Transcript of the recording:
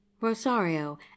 rosario